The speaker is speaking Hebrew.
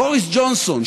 בוריס ג'ונסון,